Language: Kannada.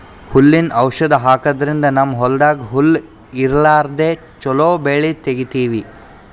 ಹುಲ್ಲಿನ್ ಔಷಧ್ ಹಾಕದ್ರಿಂದ್ ನಮ್ಮ್ ಹೊಲ್ದಾಗ್ ಹುಲ್ಲ್ ಇರ್ಲಾರ್ದೆ ಚೊಲೋ ಬೆಳಿ ತೆಗೀತೀವಿ